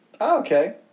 Okay